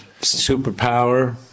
superpower